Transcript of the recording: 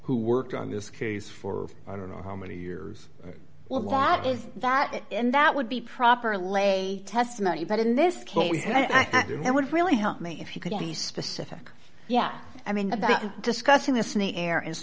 who worked on this case for i don't know how many years will want is that in that would be proper lay testimony but in this case i think it would really help me if you could be specific yeah i mean about discussing this in the air is